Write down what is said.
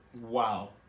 Wow